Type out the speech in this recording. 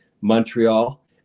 Montreal